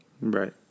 right